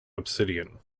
obsidian